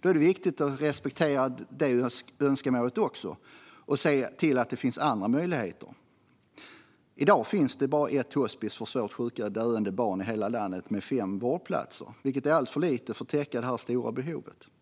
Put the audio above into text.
Då är det viktigt att respektera också detta önskemål och se till att det finns andra möjligheter. I dag finns det bara ett hospis med fem vårdplatser i hela landet för svårt sjuka och döende barn, vilket är alltför lite för att täcka det stora behov som finns.